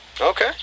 okay